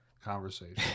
conversation